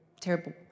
terrible